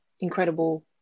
incredible